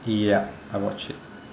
ya I watched it